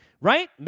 Right